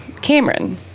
Cameron